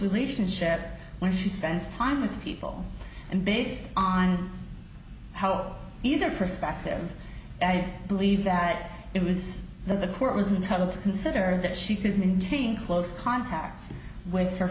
relationship where she spends time with people and based on how either perspective i believe that it was that the court was entitle to consider that she could maintain close contact with her